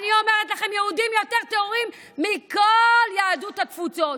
יהודים יותר טהורים מכל יהדות התפוצות.